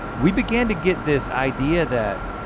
we began to get this idea that.